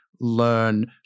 learn